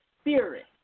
spirit